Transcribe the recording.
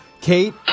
Kate